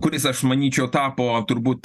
kuris aš manyčiau tapo turbūt